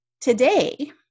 Today